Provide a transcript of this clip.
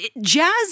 jazz